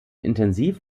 intensiv